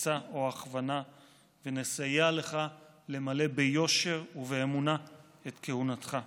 עצה או הכוונה ונסייע לך למלא ביושר ובאמונה את כהונתך.